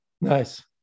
Nice